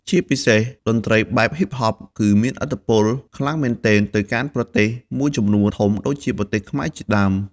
ជាពិសេសតន្រ្តីបែបហ៊ីបហបគឺមានឥទ្ធិពលខ្លាំងមែនទែនទៅកាន់ប្រទេសមួយចំនួនធំដូចជាប្រទេសខ្មែរជាដើម។